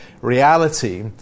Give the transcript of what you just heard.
reality